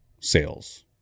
sales